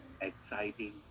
exciting